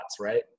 right